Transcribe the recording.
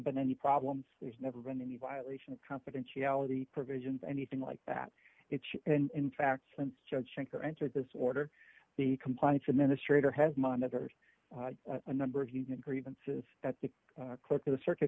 been any problems there's never been any violation of confidentiality provisions anything like that and in fact since judge shankar entered this order the compliance administrator has monitored a number of human grievances that the clerk of the circuit